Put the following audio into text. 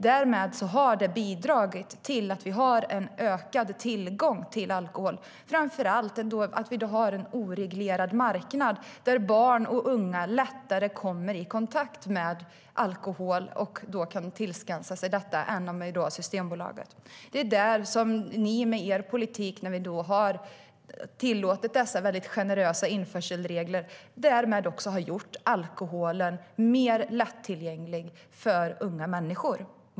Däremot har det bidragit till att vi har en ökad tillgång till alkohol, framför allt genom att vi har en oreglerad marknad där barn och unga lättare kommer i kontakt med och kan tillskansa sig alkohol utan att behöva gå via Systembolaget. Därmed har ni med er politik, när ni har tillåtit dessa väldigt generösa införselregler, också gjort alkoholen mer lättillgänglig för unga människor.